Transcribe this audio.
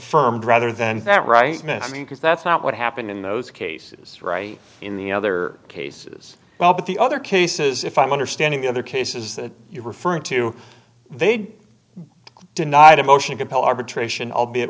affirmed rather than that right missing because that's not what happened in those cases right in the other cases well but the other cases if i'm understanding the other cases that you refer to they'd denied a motion compel arbitration albeit